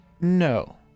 No